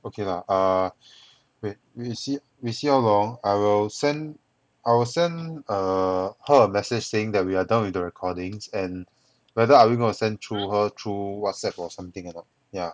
okay lah err wait we see we see how long I will send I will send err her a message saying that we are done with the recordings and whether are we going to send through her through whatsapp or something you know yeah